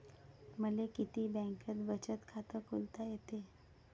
मले किती बँकेत बचत खात खोलता येते?